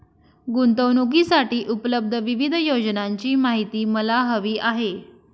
गुंतवणूकीसाठी उपलब्ध विविध योजनांची माहिती मला हवी आहे